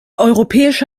europäische